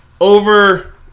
over